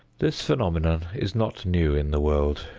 this phenomenon is not new in the world.